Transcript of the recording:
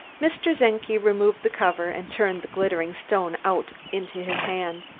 mr. czenki removed the cover and turned the glittering stone out into his hand.